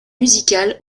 musicale